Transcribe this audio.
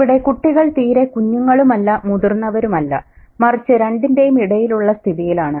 ഇവിടെ കുട്ടികൾ തീരെ കുഞ്ഞുങ്ങളുമല്ല മുതിർന്നവരുമല്ല മറിച്ച് രണ്ടിന്റെയും ഇടയിലുള്ള സ്ഥിതിയിലാണ്